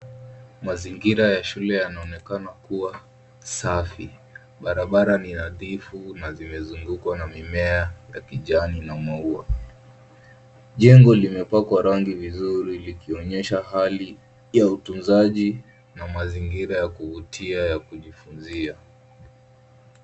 Mazingira ya shule yanaonekana kuwa safi. Barabara ni nadhifu na zimezungukwa na mimea ya kijani na maua. Jengo limepakwa rangi vizuri likionyesha hali ya utunzaji na mazingira ya kuvutia ya kujifunzia.